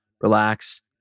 relax